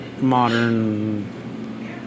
Modern